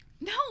No